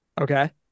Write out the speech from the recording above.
Okay